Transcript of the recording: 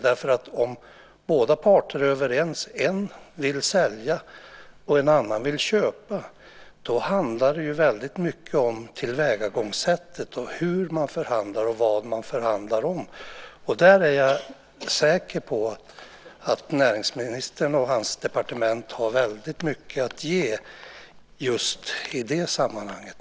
Om båda parter är överens - en vill sälja, och en annan vill köpa - handlar det väldigt mycket om tillvägagångssättet, hur man förhandlar och vad man förhandlar om. Där är jag säker på att näringsministern och hans departement har väldigt mycket att ge just i det sammanhanget.